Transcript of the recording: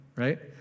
right